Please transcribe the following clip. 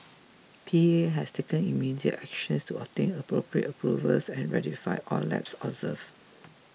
P A has taken immediate actions to obtain appropriate approvals and rectify all lapses observed